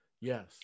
Yes